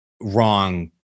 wrong